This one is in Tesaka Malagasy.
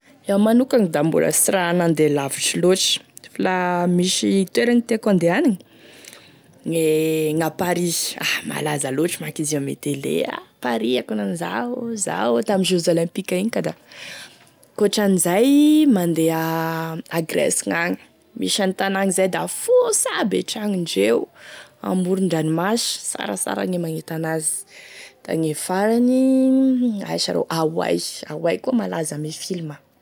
Iaho manokany da mbola sy raha mandeha lavitry lotry la misy toeragny tiako handehanagny gne gn'a Paris, ah malaza lotry manko izy ame tele ah Paris ankonan'izao o, izao o, tame jeux olympiques igny ka da, ankoatran'izay mandeha a Grèce gn'agny, misy agny tanagny zay da fosy aby e tragnodreo amorondranomasy sarasara gne magnenty an'azy da gne farany aia sa ro Hawai Hawai koa malaza ame film.